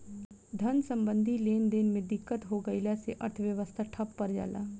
धन सम्बन्धी लेनदेन में दिक्कत हो गइला से अर्थव्यवस्था ठप पर जला